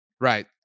Right